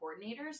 coordinators